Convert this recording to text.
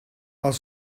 els